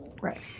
Right